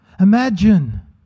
Imagine